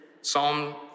Psalm